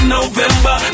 November